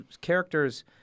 Characters